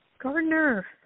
Gardner